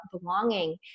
belonging